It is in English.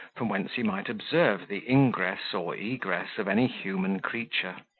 from whence he might observe the ingress or egress of any human creature.